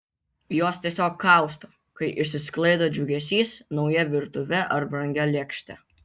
jos tiesiog kausto kai išsisklaido džiugesys nauja virtuve ar brangia lėkšte